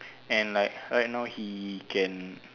and like right now he can